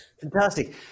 Fantastic